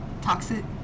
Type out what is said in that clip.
toxic